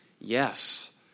yes